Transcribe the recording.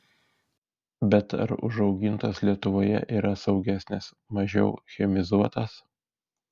bet ar užaugintos lietuvoje yra saugesnės mažiau chemizuotos